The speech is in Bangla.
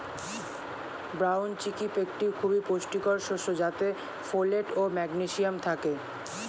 ব্রাউন চিক্পি একটি খুবই পুষ্টিকর শস্য যাতে ফোলেট ও ম্যাগনেসিয়াম থাকে